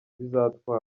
bizatwara